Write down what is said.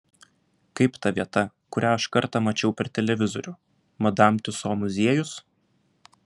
kaip ta vieta kurią aš kartą mačiau per televizorių madam tiuso muziejus